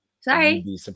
Sorry